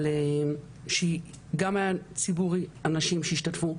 אבל שגם היה אנשים שהשתתפו.